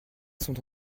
sont